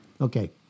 Okay